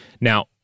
Now